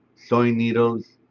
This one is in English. sewing needles,